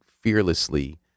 fearlessly